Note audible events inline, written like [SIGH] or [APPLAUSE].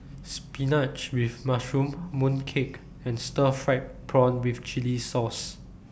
Spinach with Mushroom Mooncake and Stir Fried Prawn with Chili Sauce [NOISE]